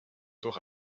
durch